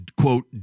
quote